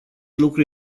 lucru